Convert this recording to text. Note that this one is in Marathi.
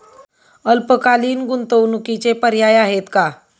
अल्पकालीन गुंतवणूकीचे पर्याय आहेत का?